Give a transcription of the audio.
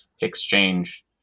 exchange